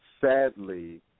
sadly